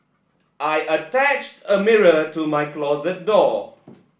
I attached a mirror to my closet door